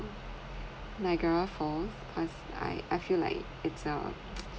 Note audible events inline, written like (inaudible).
niagara falls cause I I feel like it's uh (noise)